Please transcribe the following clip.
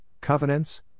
covenants